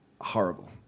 horrible